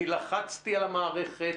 אני לחצתי על המערכת.